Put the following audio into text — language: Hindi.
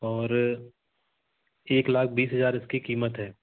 और एक लाख बीस हज़ार इसकी कीमत है